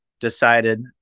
decided